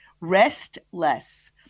Restless